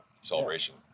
celebration